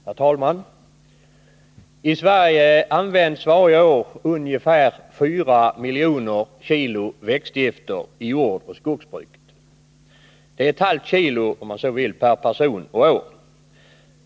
Herr talman! I Sverige används varje år ungefär 4 miljoner kilo växtgifter i jordoch skogsbruket. Det är ett halvt kilo per person och år.